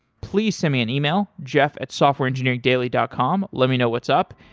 please send me an e-mail jeff at softwareengineeringdaily dot com, let me know what's up.